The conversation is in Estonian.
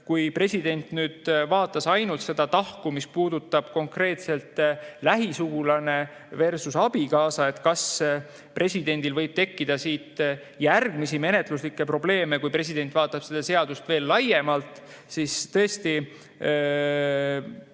kui president nüüd vaatas ainult seda tahku, mis puudutab konkreetselt küsimust "lähisugulaneversusabikaasa", siis kas presidendil võib tekkida siit järgmisi menetluslikke probleeme, kui president vaatab seda seadust veel laiemalt. Tõesti,